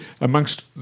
amongst